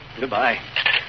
Goodbye